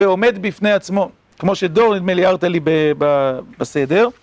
ועומד בפני עצמו, כמו שדור נדמה לי הערת לי בסדר.